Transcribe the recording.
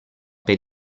per